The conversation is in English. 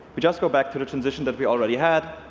we just go back to the transition that we already had,